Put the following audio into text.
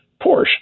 Porsche